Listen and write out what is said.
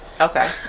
Okay